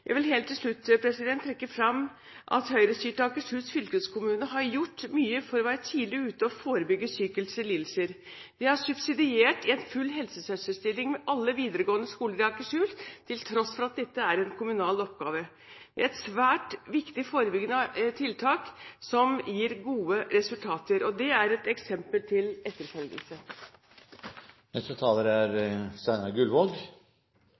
Jeg vil helt til slutt trekke fram at Høyre-styrte Akershus fylkeskommune har gjort mye for å være tidlig ute og forebygge psykiske lidelser. Vi har subsidiert en full helsesøsterstilling ved alle videregående skoler i Akershus, til tross for at dette er en kommunal oppgave. Det er et svært viktig forebyggende tiltak som gir gode resultater, og det er et eksempel til etterfølgelse. Det er